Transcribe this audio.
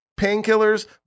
painkillers